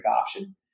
option